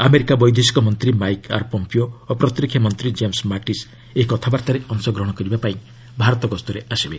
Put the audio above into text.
America ବୈଦେଶିକ ମନ୍ତ୍ରୀ Mike R Pompeo ଓ ପ୍ରତିରକ୍ଷା ମନ୍ତ୍ରୀ ଜେମ୍ସ ମାର୍ଟିସ୍ ଏହି କଥାବାର୍ତ୍ତାରେ ଅଂଶଗ୍ରହଣ ପାଇଁ ଭାରତ ଗସ୍ତରେ ଆସିବେ